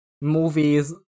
movies